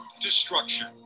Destruction